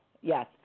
yes